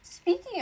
Speaking